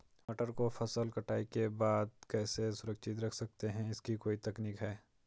मटर को फसल कटाई के बाद कैसे सुरक्षित रख सकते हैं इसकी कोई तकनीक है?